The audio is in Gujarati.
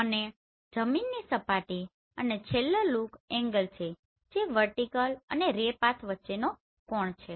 અને જમીનની સપાટી અને છેલ્લો લૂક એંગલ છે જે વર્ટીકલ અને રે પાથ વચ્ચેનો કોણ છે